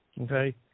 okay